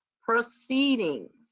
proceedings